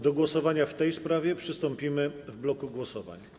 Do głosowania w tej sprawie przystąpimy w bloku głosowań.